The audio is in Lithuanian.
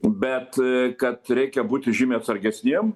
bet kad reikia būti žymiai atsargesniem